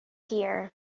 here